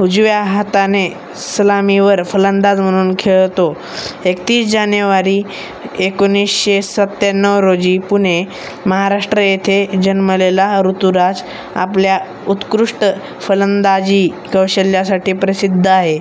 उजव्या हाताने सलामीवर फलंदाज म्हणून खेळतो एकतीस जानेवारी एकोणीशे सत्त्याण्णव रोजी पुणे महाराष्ट्र येथे जन्मलेला ऋतुराज आपल्या उत्कृष्ट फलंदाजी कौशल्यासाठी प्रसिद्ध आहे